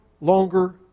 longer